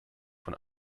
von